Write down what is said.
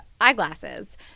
eyeglasses